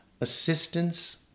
Assistance